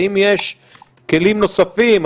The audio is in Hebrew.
האם יש כלים נוספים,